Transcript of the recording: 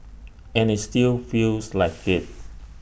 and IT still feels like IT